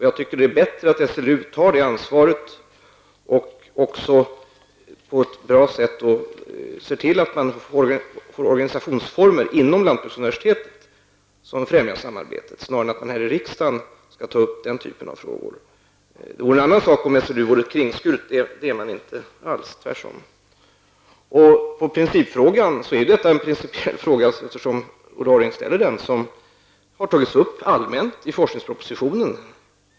Jag tycker att det är bättre att SLU tar det ansvaret och också på ett bra sätt ser till att det blir organisationsformer inom lantbruksuniversitetet som främjar samarbete, snarare än att riksdagen skall ta upp den typen av frågor. Det skulle vara en annan situation om SLU var kringskuret. Men det är man inte alls, tvärtom. Det är en principiell fråga som har tagits upp allmänt i forskningspropositionen.